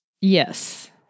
Yes